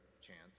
chance